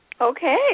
Okay